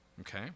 okay